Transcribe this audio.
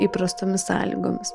įprastomis sąlygomis